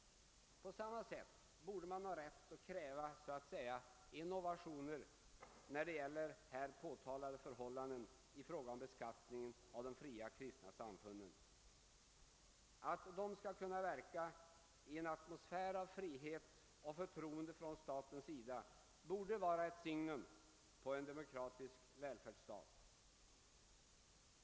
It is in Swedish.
På samma sätt borde man ha rätt att. kräva så att säga innovationer när det gäller här påtalade förhållanden i frå-- ga om beskattningen av de fria kristna samfunden. Att de skall kunna verka i en atmosfär av frihet och förtroende: från statens sida borde vara ett signum på en demokratisk välfärdsstat.